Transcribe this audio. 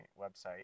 website